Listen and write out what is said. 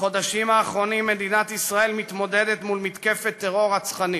בחודשים האחרונים מדינת ישראל מתמודדת עם מתקפת טרור רצחנית.